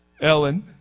Ellen